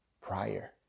prior